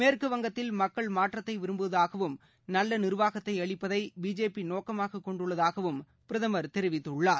மேற்குவங்கத்தில் மக்கள் மாற்றத்தை விரும்புவதாகவும் நல்ல நிர்வாகத்தை அளிப்பதை பிஜேபி நோக்கமாக கொண்டுள்ளதாகவும் பிரதமர் தெரிவித்துள்ளார்